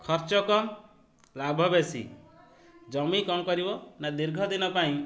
ଖର୍ଚ୍ଚ କମ ଲାଭ ବେଶୀ ଜମି କ'ଣ କରିବ ନା ଦୀର୍ଘଦିନ ପାଇଁ